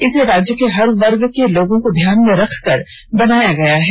इसे राज्य के हर वर्ग के लोगों को ध्यान में रखकर बनाया गया है